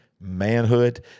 manhood